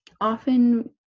often